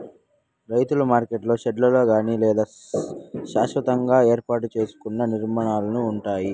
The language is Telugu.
రైతుల మార్కెట్లు షెడ్లలో కానీ లేదా శాస్వతంగా ఏర్పాటు సేసుకున్న నిర్మాణాలలో ఉంటాయి